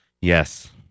Yes